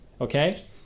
okay